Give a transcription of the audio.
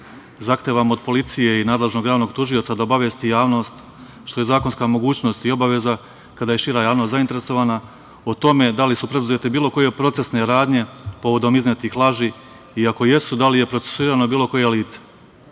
od policije i nadležnog javnog tužioca da obavesti javnost, što je zakonska mogućnost i obaveza, kada je šira javnost zainteresovana o tome da li su preuzete bilo koje procesne radnje povodom iznetih laži i ako jesu, da li je procesujirano bilo koje lice.U